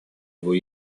его